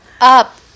up